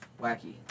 wacky